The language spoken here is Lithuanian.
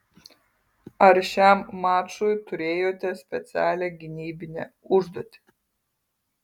ar šiam mačui turėjote specialią gynybinę užduotį